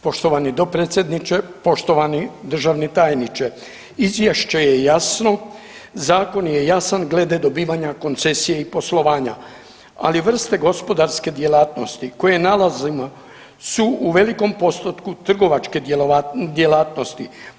Poštovani dopredsjedniče, poštovani državni tajniče, izvješće je jasno, zakon je jasan glede dobivanja koncesije i poslovanja, ali vrste gospodarske djelatnosti koje nalazimo su u velikom postupku trgovačke djelatnosti.